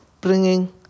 bringing